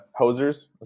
hosers